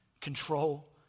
control